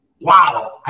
wow